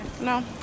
No